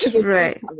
Right